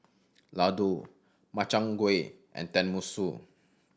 Ladoo Makchang Gui and Tenmusu